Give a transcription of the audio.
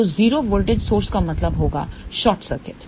तो 0 वोल्टेज स्रोत का मतलब होगा शॉर्ट सर्किट